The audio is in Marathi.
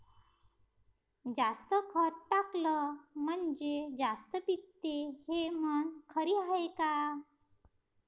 जास्त खत टाकलं म्हनजे जास्त पिकते हे म्हन खरी हाये का?